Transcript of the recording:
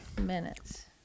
minutes